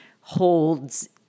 holds